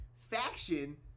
faction